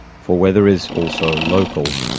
for weather is also local,